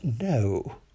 no